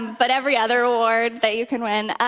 but every other award that you can win,